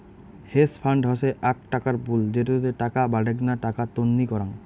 hedge fund হসে আক টাকার পুল যেটোতে টাকা বাডেনগ্না টাকা তন্নি করাং